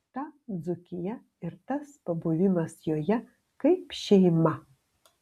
ta dzūkija ir tas pabuvimas joje kaip šeima